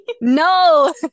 No